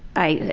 i.